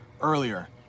earlier